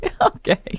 Okay